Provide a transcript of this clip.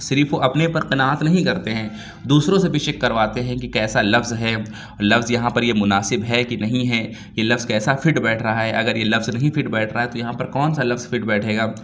صرف وہ اپنے پر ہی قناعت نہیں کرتے ہیں دوسروں سے بھی چیک کرواتے ہیں کہ کیسا لفظ ہے لفظ یہاں پر یہ مناسب ہے کہ نہیں ہے یہ لفظ کیسا فٹ بیٹھ رہا ہے اگر یہ لفظ نہیں فٹ بیٹھ رہا ہے تو یہاں پر کون سا لفظ فٹ بیٹھے گا